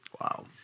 Wow